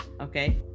okay